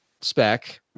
spec